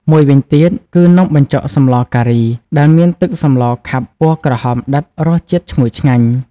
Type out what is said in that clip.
មួយវិញទៀតគឺ នំបញ្ចុកសម្លការី ដែលមានទឹកសម្លខាប់ពណ៌ក្រហមដិត រសជាតិឈ្ងុយឆ្ងាញ់ ។